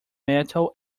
metal